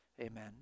Amen